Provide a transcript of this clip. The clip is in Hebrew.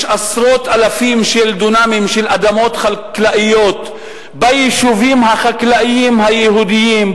יש עשרות אלפים של דונמים של אדמות חקלאיות ביישובים החקלאיים היהודיים,